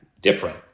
different